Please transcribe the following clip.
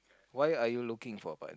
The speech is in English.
why are you looking for but